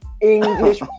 English